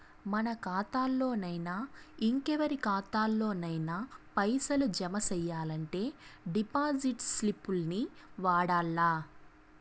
మన కాతాల్లోనయినా, ఇంకెవరి కాతాల్లోనయినా పైసలు జమ సెయ్యాలంటే డిపాజిట్ స్లిప్పుల్ని వాడల్ల